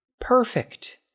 perfect